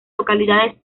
localidades